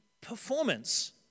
performance